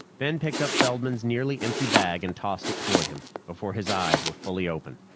ben picked up feldman's nearly empty bag and tossed it toward him, before his eyes were fully open.